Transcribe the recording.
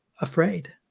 afraid